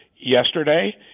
Yesterday